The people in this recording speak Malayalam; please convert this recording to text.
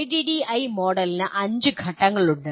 ADDIE മോഡലിന് 5 ഘട്ടങ്ങളുണ്ട്